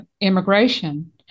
immigration